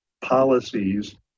policies